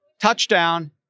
touchdown